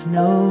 no